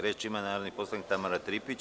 Reč ima narodni poslanik Tamara Tripić.